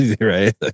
right